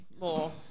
more